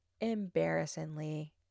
embarrassingly